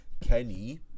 Kenny